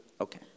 Okay